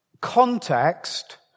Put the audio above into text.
context